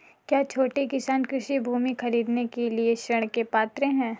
क्या छोटे किसान कृषि भूमि खरीदने के लिए ऋण के पात्र हैं?